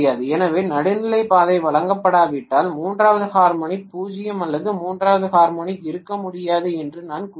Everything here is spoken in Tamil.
எனவே நடுநிலை பாதை வழங்கப்படாவிட்டால் மூன்றாவது ஹார்மோனிக் 0 அல்லது மூன்றாவது ஹார்மோனிக் இருக்க முடியாது என்று நான் கூறுவேன்